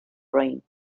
brain